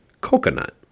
Coconut